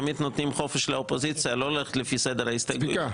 תמיד נותנים חופש לאופוזיציה לא ללכת לפי סדר ההסתייגויות,